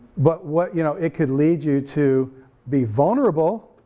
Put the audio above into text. but what, you know, it could lead you to be vulnerable,